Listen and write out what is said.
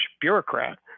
bureaucrat